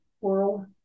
world